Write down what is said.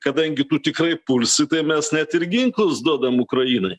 kadangi tu tikrai pulsi tai mes net ir ginklus duodam ukrainai